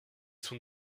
son